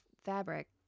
fabric